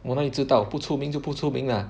我哪里知道不出名就不出名 lah